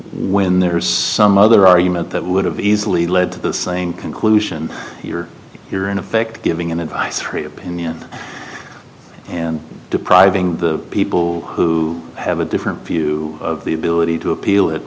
when there is some other argument that would have easily led to the same conclusion you're here in effect giving him advice her opinion and depriving the people who have a different view of the ability to appeal it